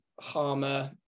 Harmer